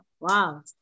Wow